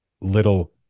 little